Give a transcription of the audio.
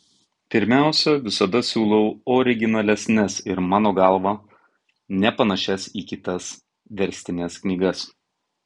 pirmiausia visada siūlau originalesnes ir mano galva nepanašias į kitas verstines knygas